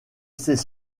ces